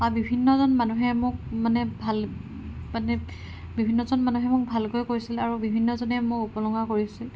বা বিভিন্নজন মানুহে মোক মানে ভাল মানে বিভিন্নজন মানুহে মোক ভালকৈ কৈছিল আৰু বিভিন্নজনে মানুহে মোক উপলুঙা কৰিছিল